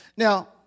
Now